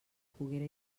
poguera